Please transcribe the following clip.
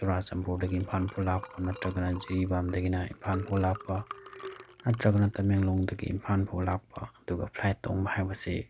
ꯆꯨꯔꯥꯆꯥꯟꯄꯨꯔꯗꯒꯤ ꯏꯝꯐꯥꯜ ꯐꯥꯎ ꯂꯥꯛꯄ ꯅꯠꯇ꯭ꯔꯒꯅ ꯖꯤꯔꯤꯕꯥꯝꯗꯒꯤꯅ ꯏꯝꯐꯥꯜ ꯐꯥꯎ ꯂꯥꯛꯄ ꯅꯠꯇ꯭ꯔꯒꯅ ꯇꯃꯦꯡꯂꯣꯡꯗꯒꯤ ꯏꯝꯐꯥꯜ ꯐꯥꯎ ꯂꯥꯛꯄ ꯑꯗꯨꯒ ꯐ꯭ꯂꯥꯏꯠ ꯇꯣꯡꯕ ꯍꯥꯏꯕꯁꯤ